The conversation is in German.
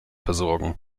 versorgen